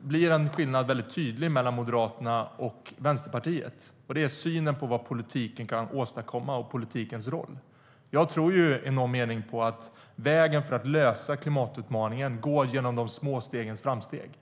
blir skillnaden mellan Moderaterna och Vänsterpartiet tydlig i synen på vad politik kan åstadkomma och politikens roll. Jag tror att vägen för att möta klimatutmaningen går genom de små stegens framsteg.